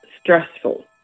stressful